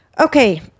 Okay